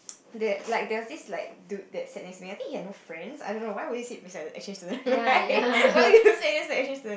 there like there was this like dude that sat next to me I think he had no friends I don't know why would he sit beside to a exchange student right why do you sit beside a exchange student